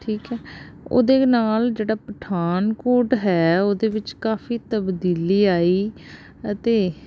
ਠੀਕ ਹੈ ਉਹਦੇ ਨਾਲ ਜਿਹੜਾ ਪਠਾਨਕੋਟ ਹੈ ਉਹਦੇ ਵਿੱਚ ਕਾਫੀ ਤਬਦੀਲੀ ਆਈ ਅਤੇ